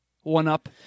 one-up